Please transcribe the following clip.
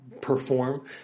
perform